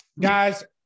guys